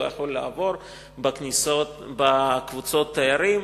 הוא יכול לעבור בקבוצות התיירים,